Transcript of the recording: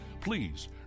please